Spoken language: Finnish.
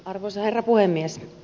arvoisa herra puhemies